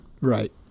Right